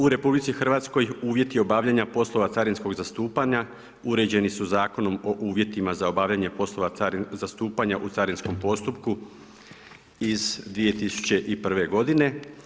U RH uvjeti obavljanja poslova carinskog zastupanja uređeni su Zakonom o uvjetima za obavljanje poslovanja zastupanja u carinskom postupku iz 2001. godine.